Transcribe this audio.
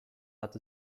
hat